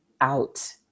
out